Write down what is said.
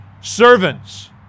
servants